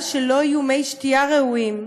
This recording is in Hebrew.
בגלל שלא יהיו מי שתייה ראויים.